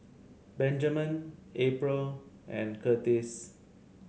Benjamen April and Curtiss